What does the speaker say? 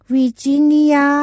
Virginia